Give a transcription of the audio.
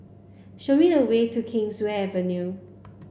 show me the way to Kingswear Avenue